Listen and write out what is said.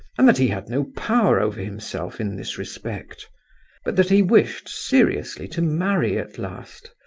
and that he had no power over himself in this respect but that he wished, seriously, to marry at last,